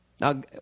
Now